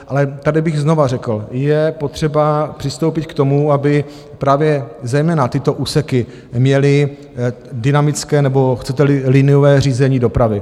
Ale tady bych znovu řekl, je potřeba přistoupit k tomu, aby právě zejména tyto úseky měly dynamické, nebo chceteli liniové řízení dopravy.